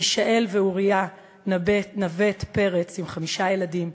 מישאל ואוריה נבט-פרץ עם חמישה ילדים,